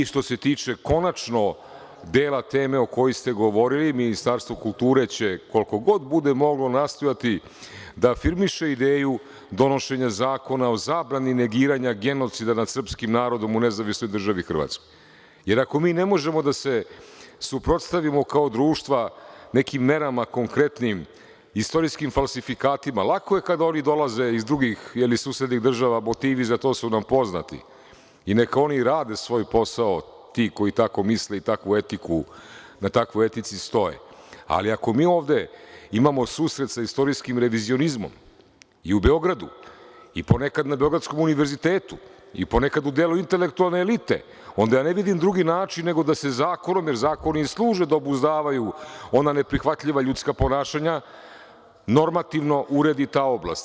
Što se tiče konačno dela tema o kojoj ste govorili Ministarstvo kulture će koliko god bude moglo nastojati da afirmiše ideju donošenja zakona o zabrani negiranja genocida na srpskim narodom u NDH, jer ako mi ne možemo da se suprotstavimo kao društva nekim merama konkretnim istorijskim falsifikatima, lako je kada oni dolaze iz drugih ili susednih država, motivi za to su nam poznati i neka oni rade svoj posao, ti koji tako misle i na takvoj etici stoje, ali ako mi ovde imamo susret sa istorijskim revizionizmom i u Beogradu i ponekad na Beogradskom univerzitetu i ponekad u delu intelektualne elite, onda ne vidim drugi način nego da se zakonom, jer zakoni služe da obuzdavaju ona neprihvatljiva ljudska ponašanja, normativno uredi ta oblast.